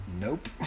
nope